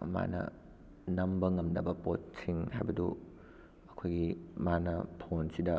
ꯀꯃꯥꯏꯅ ꯅꯝꯕ ꯉꯝꯅꯕ ꯄꯣꯠꯁꯤꯡ ꯍꯥꯏꯕꯗꯨ ꯑꯩꯈꯣꯏꯒꯤ ꯃꯥꯅ ꯐꯣꯟꯁꯤꯗ